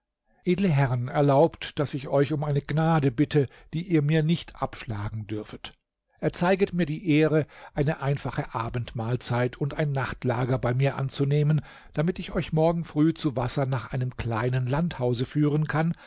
edle herren erlaubt daß ich euch um eine gnade bitte die ihr mir nicht abschlagen dürfet erzeiget mir die ehre eine einfache abendmahlzeit und ein nachtlager bei mir anzunehmen damit ich euch morgen früh zu wasser nach einem kleinen landhause führen kann